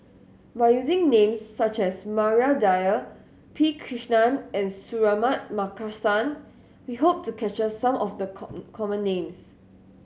by using names such as Maria Dyer P Krishnan and Suratman Markasan we hope to capture some of the common names